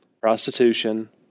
Prostitution